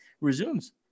resumes